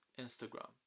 Instagram